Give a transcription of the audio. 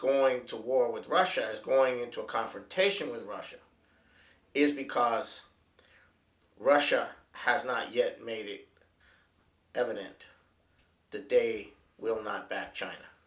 going to war with russia is going into a confrontation with russia is because russia has not yet made evident that they will not that china